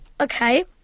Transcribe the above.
okay